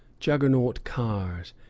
juggernaut cars,